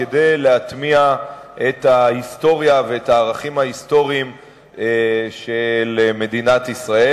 כדי להטמיע את ההיסטוריה ואת הערכים ההיסטוריים של מדינת ישראל.